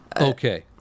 Okay